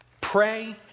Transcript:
Pray